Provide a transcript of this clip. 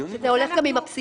שזה הולך גם עם הפסיקה.